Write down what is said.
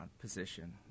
position